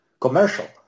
commercial